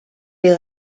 les